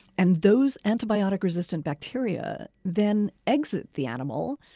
and those antibiotic-resistant bacteria then exit the animal,